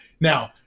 now